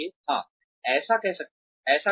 हाँ ऐसा कैसे